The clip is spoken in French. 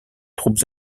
troupes